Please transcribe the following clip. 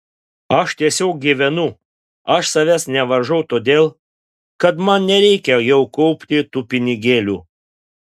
aš tiesiog gyvenu aš savęs nevaržau todėl kad man nereikia jau kaupti tų pinigėlių